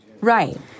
Right